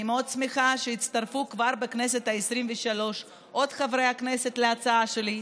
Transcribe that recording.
אני מאוד שמחה שהצטרפו כבר בכנסת העשרים-ושלוש עוד חברי כנסת להצעה שלי,